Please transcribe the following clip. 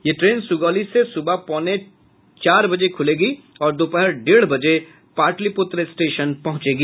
यह ट्रेन सुगौली से सुबह पौने चार बजे खुलेगी और दोपहर डेढ़ बजे पाटलिपुत्र स्टेशन पहुंचेगी